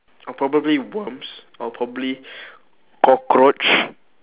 or probably worms or probably cockroach